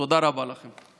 תודה רבה לכם.